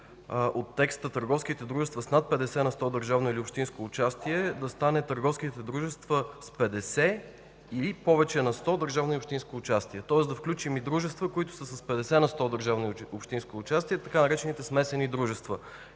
текстът „търговските дружества с над 50 на сто държавно или общинско участие” да стане „търговските дружества с 50 или повече на сто държавно и общинско участие”. Следователно включваме дружества, които са с 50 на сто държавно и общинско участие, така наречените „смесени дружества”.